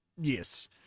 Yes